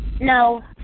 No